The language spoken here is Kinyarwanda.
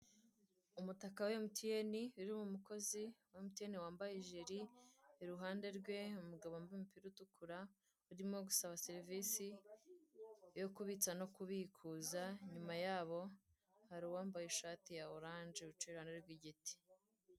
Umutaka wa MTN uriho umukozi wa MTN wambaye ijire iruhande rwe umugabo wambaye umupira utukura uri gusaba serivise yo kubitsa no kubikuza inyuma yabo hari uwambaye ishati ya orange wicaye inyuma y'igiti.